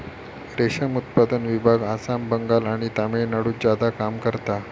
रेशम उत्पादन विभाग आसाम, बंगाल आणि तामिळनाडुत ज्यादा काम करता